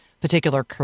particular